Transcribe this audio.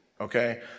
Okay